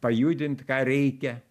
pajudint ką reikia